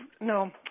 no